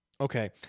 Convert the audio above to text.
Okay